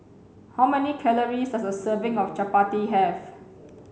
how many calories does a serving of Chapati have